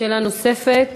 שאלה נוספת.